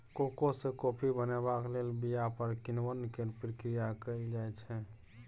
cocoa सँ coffee बनेबाक लेल बीया पर किण्वन केर प्रक्रिया कएल जाइ छै